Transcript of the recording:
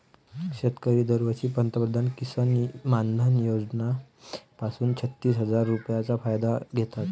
शेतकरी दरवर्षी पंतप्रधान किसन मानधन योजना पासून छत्तीस हजार रुपयांचा फायदा घेतात